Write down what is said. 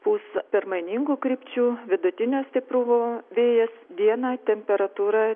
pūs permainingų krypčių vidutinio stiprumo vėjas dieną temperatūra